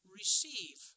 receive